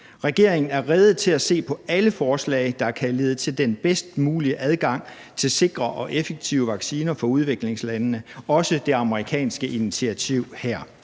Regeringen er rede til at se på alle forslag, der kan lede til den bedst mulige adgang til sikre og effektive vacciner for udviklingslandene, også det amerikanske initiativ og